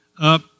up